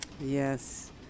Yes